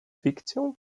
fikcją